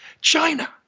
China